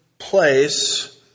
place